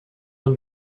them